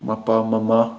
ꯃꯄꯥ ꯃꯃꯥ